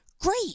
great